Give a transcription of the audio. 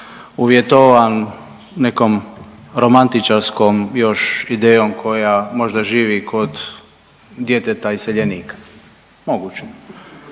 uvjetovan nekom romantičarskom još idejom koja možda živi kod djeteta iseljenika, moguće.